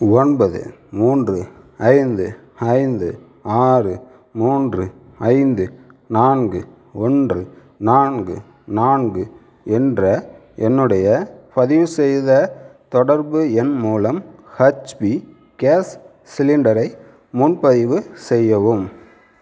ஒன்பது மூன்று ஐந்து ஐந்து ஆறு மூன்று ஐந்து நான்கு ஒன்று நான்கு நான்கு என்ற என்னுடைய பதிவுசெய்த தொடர்பு எண் மூலம் ஹச்பி கேஸ் சிலிண்டரை முன்பதிவு செய்யவும்